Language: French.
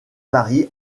varie